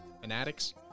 fanatics